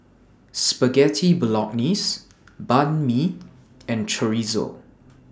Spaghetti Bolognese Banh MI and Chorizo